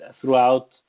throughout